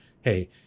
Hey